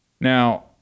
Now